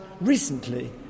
recently